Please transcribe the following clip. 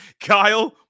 Kyle